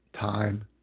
Time